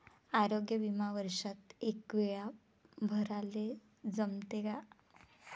आरोग्य बिमा वर्षात एकवेळा भराले जमते का?